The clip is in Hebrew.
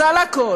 אז על הכול,